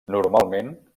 normalment